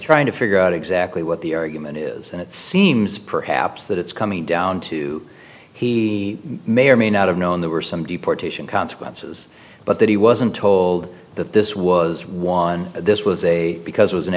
trying to figure out exactly what the argument is and it seems perhaps that it's coming down to he may or may not have known there were some deportation consequences but that he wasn't told that this was one this was a because it was